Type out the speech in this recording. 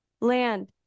land